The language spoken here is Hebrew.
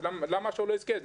אז למה שהוא לא יזכה לו.